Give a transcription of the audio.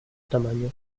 tamaño